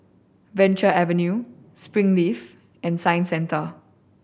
Venture Avenue Springleaf and Science Centre